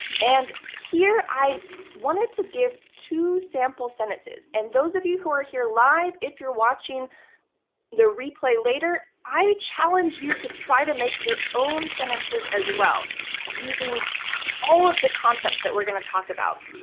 and here, i wanted to give two sample sentences. and those of you who are here live, if you're watching the replay later, i challenge you to try to make your own sentences as well using all of the concepts that we're going to talk about.